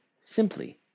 simply